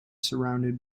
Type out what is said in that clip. surrounded